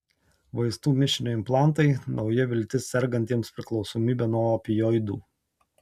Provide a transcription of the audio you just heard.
vaistų mišinio implantai nauja viltis sergantiems priklausomybe nuo opioidų